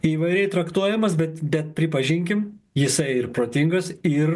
įvairiai traktuojamas bet bet pripažinkim jisai ir protingas ir